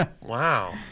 wow